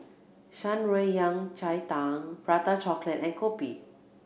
Shan Rui Yao Cai Tang Prata Chocolate and kopi